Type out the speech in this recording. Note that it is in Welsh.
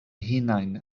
hunain